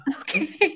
Okay